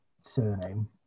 surname